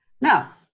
Now